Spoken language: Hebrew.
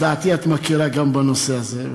את דעתי את מכירה גם בנושא הזה.